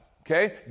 okay